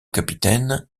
capitaine